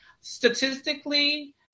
Statistically